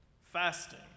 Fasting